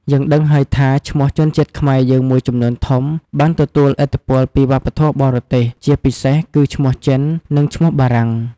យើងដឹងហើយថាឈ្មោះជនជាតិខ្មែរយើងមួយចំនួនធំ បានទទួលឥទ្ធិពលពីវប្បធម៌បរទេស ជាពិសេសគឺ ឈ្មោះចិន និង ឈ្មោះបារាំង។